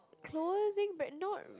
closing brand but not r~